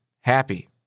happy